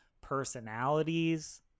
personalities